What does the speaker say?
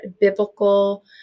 biblical